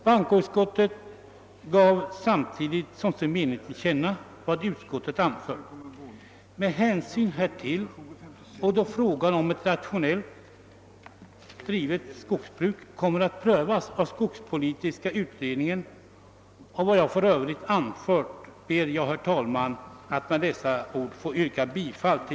Bankoutskottet gav samtidigt som sin mening till känna vad utskottet anfört i sitt utlåtande. Med hänvisning till att frågan om ett rationellt bedrivet skogsbruk kommer att prövas av skogspolitiska utredningen och till vad jag här i övrigt anfört ber jag, herr talman, att få yrka bifall